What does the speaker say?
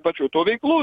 pačių tų veiklų